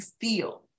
feel